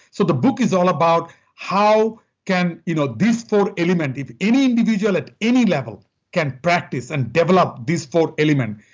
so the book is all about how can you know these four elements, if any individual at any level can practice and double up these four elements,